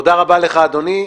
תודה רבה לך, אדוני.